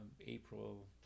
April